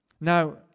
Now